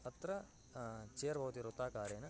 अत्र चेर् भवति वृत्ताकारेण